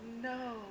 no